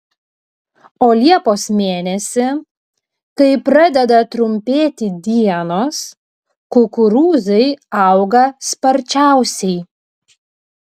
o liepos mėnesį kai pradeda trumpėti dienos kukurūzai auga sparčiausiai